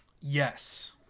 Yes